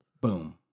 Boom